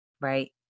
Right